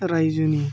रायजोनि